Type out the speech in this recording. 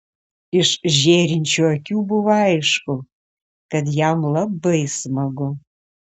iš žėrinčių akių buvo aišku kad jam labai smagu